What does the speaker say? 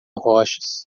rochas